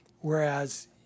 Whereas